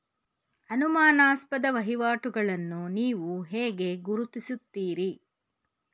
ಅನುಮಾನಾಸ್ಪದ ವಹಿವಾಟುಗಳನ್ನು ನೀವು ಹೇಗೆ ಗುರುತಿಸುತ್ತೀರಿ?